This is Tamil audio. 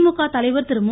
திமுக தலைவர் திரு மு